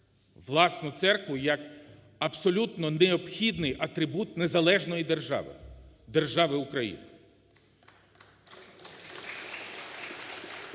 власну церкву як абсолютно необхідний атрибут незалежної держави – держави Україна.